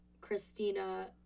Christina